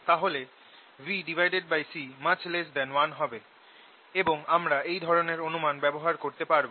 তাহলে vC≪1 হবে এবং আমরা এই ধরণের অনুমান ব্যবহার করতে পারব